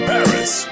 Paris